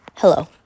Hello